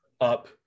Up